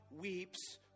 weeps